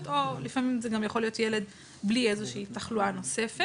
או לפעמים זה גם יכול להיות ילד בלי איזושהי תחלואה נוספת,